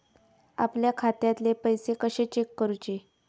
आपल्या खात्यातले पैसे कशे चेक करुचे?